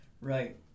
Right